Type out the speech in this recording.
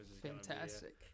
Fantastic